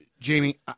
Jamie